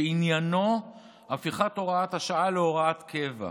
שעניינו הפיכת הוראת השעה להוראת קבע,